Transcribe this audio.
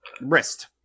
Wrist